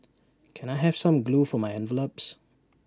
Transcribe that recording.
can I have some glue for my envelopes